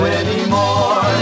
anymore